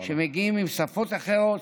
שמגיעים עם שפות אחרות.